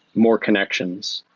more connections,